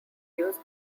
use